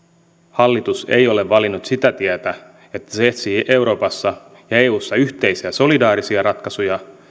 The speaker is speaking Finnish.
hallitus ei ole valinnut sitä tietä että se etsii euroopassa ja eussa yhteisiä solidaarisia ratkaisuja